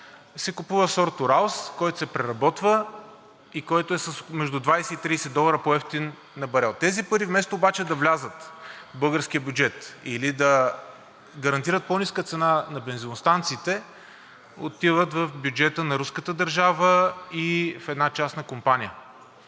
се купува сорт „Уралс“, който се преработва и който на барел е между 20 и 30 долара по-евтин. Тези пари вместо обаче да влязат в българския бюджет или да гарантират по-ниска цена на бензиностанциите, отиват в бюджета на руската държава и в една частна компания.